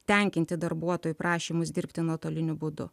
tenkinti darbuotojų prašymus dirbti nuotoliniu būdu